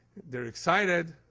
they're excited,